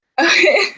Okay